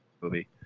movie